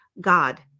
God